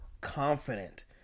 confident